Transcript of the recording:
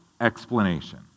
explanation